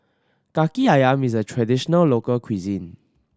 Kaki Ayam is a traditional local cuisine